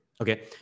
Okay